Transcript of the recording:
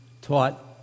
taught